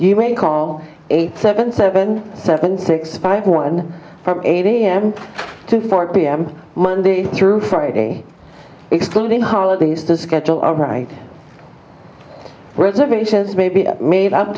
you may call eight seven seven seven six five one from eight am to four pm monday through friday excluding holidays the schedule of write reservations may be made up